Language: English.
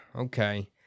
Okay